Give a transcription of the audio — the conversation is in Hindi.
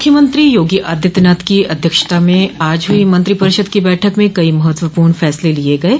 मुख्यमंत्री योगी आदित्यनाथ की अध्यक्षता में आज हुई मंत्रिपरिषद की बैठक म कई महत्वपूर्ण फैसले लिये गये